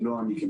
לא אני.